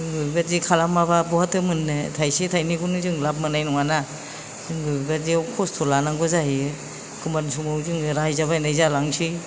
जों बेफोरबायदि खालामाब्ला बहाथो मोननो थायसे थायनैखौनो जों लाब मोननाय नङाना जों बेबादियाव खस्थ लानांगौ जाहैयो एखमब्लानि समाव जों रायजाबायनाय जालांनोसै